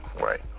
Right